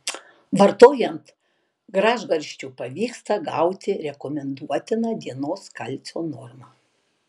vartojant gražgarsčių pavyksta gauti rekomenduotiną dienos kalcio normą